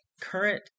current